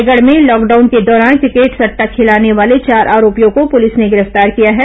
रायगढ़ में लॉकडाउन के दौरान क्रिकेट सट्टा खेलाने वाले चार आरोपियों को पुलिस ने गिरफ्तार किया है